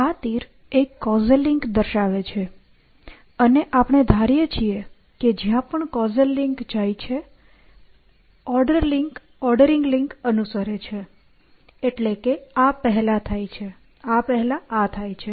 આ તીર એક કૉઝલ લિંક દર્શાવે છે અને આપણે ધારીએ છીએ કે જ્યાં પણ કૉઝલ લિંક જાય છે અને ઓર્ડરિંગ લિંક અનુસરે છે એટલે કે આ પહેલા આ થાય છે